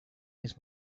his